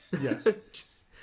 yes